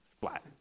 flat